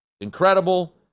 incredible